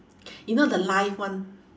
you know the live one